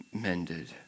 mended